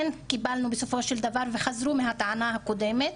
כן קיבלנו בסופו של דבר וחזרו מהטענה הקודמת